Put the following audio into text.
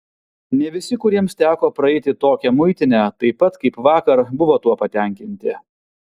ne visi kuriems teko praeiti tokią muitinę taip pat kaip vakar buvo tuo patenkinti